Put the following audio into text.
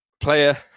player